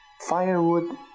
firewood